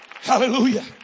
Hallelujah